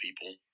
people